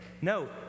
No